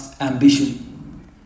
ambition